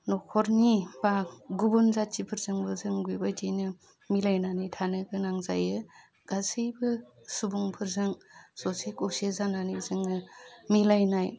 न'खरनि बा गुबुन जाथिफोरजोंबो जों बेबायदिनो मिलायनानै थानो गोनां जायो गासैबो सुबुंफोरजों ज'से खौसे जानानै जोङो मिलायनाय